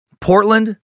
Portland